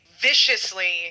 viciously